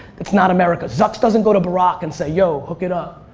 it's not america. zucks doesn't go to barack and say yo hook it up,